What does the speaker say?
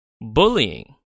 Bullying